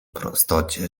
prostocie